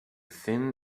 thin